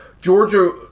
Georgia